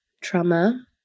trauma